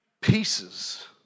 pieces